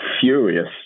furious